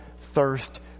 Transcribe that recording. thirst